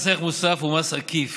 מס ערך מוסף הוא מס עקיף